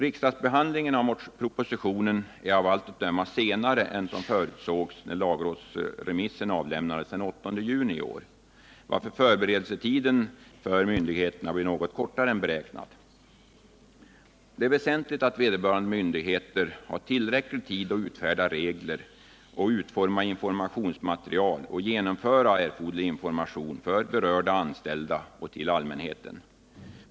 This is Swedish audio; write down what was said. Riksdagsbehandlingen av propositionen sker av allt att döma senare än som förutsågs då lagrådsremissen avlämnades den 8 juni i år, varför förberedelsetiden för myndigheterna blir något kortare än beräknat. Det är väsentligt att vederbörande myndigheter har tillräcklig tid att utfärda regler och utforma informationsmaterial samt ge erforderlig information till de berörda anställda och till allmänheten.